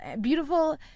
beautiful